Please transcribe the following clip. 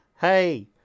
hey